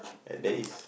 and there is